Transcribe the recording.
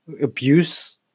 abuse